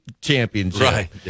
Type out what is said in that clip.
championship